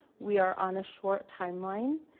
we are on a short timeline.